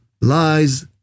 lies